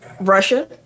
Russia